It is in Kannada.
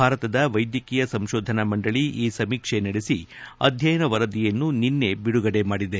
ಭಾರತದ ವೈದ್ಯಕೀಯ ಸಂಶೋಧನಾ ಮಂಡಳಿ ಈ ಸಮೀಕ್ಷೆ ನಡೆಸಿ ಅಧ್ಯಯನ ವರದಿಯನ್ನು ನಿನ್ನೆ ಬಿಡುಗಡೆ ಮಾಡಿದೆ